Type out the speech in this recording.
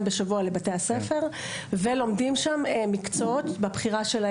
בשבוע לבתי הספר ולומדים שם מקצועות שהם בחרו,